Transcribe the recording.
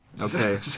Okay